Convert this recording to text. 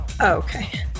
Okay